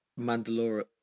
Mandalore